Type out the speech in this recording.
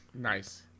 Nice